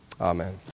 Amen